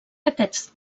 aquests